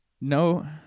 no